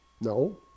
No